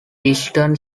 eastern